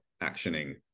actioning